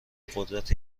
قدرت